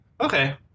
okay